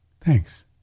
thanks